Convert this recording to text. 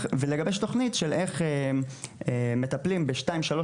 ולגבש תוכנית של איך מטפלים בשתיים שלוש